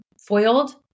foiled